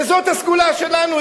וזאת הסגולה שלנו,